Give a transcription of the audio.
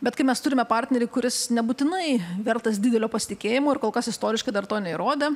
bet kai mes turime partnerį kuris nebūtinai vertas didelio pasitikėjimo ir kol kas istoriškai dar to neįrodė